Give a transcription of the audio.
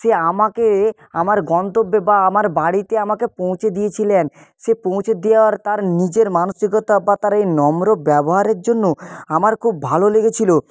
সে আমাকে আমার গন্তব্যে বা আমার বাড়িতে আমাকে পৌঁছে দিয়েছিলেন সে পৌঁছে দেওয়ার তার নিজের মানসিকতা বা তার এই নম্র ব্যবহারের জন্য আমার খুব ভালো লেগেছিল